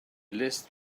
list